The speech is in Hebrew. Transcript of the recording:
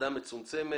ועדה מצומצמת.